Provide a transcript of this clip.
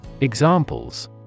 Examples